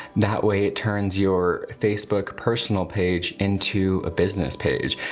that way it turns your facebook personal page into a business page.